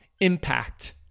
impact